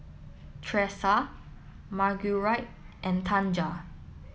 Tressa Marguerite and Tanja